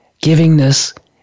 Givingness